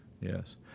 Yes